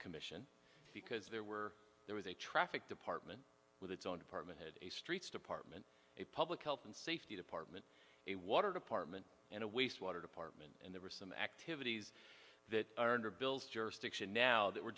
because there were there was a traffic department with its own department had a streets department a public health and safety department a water department and a wastewater department and there were some activities that are under bill's jurisdiction now that were